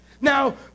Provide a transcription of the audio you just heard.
Now